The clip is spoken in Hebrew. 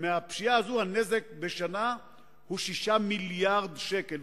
הנזק בשנה הוא 6 מיליארדי שקלים,